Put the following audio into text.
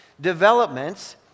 developments